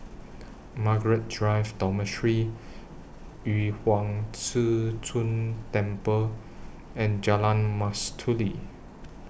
Margaret Drive Dormitory Yu Huang Zhi Zun Temple and Jalan Mastuli